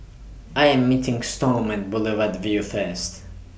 I Am meeting Storm men Boulevard Vue First